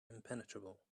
impenetrable